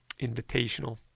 invitational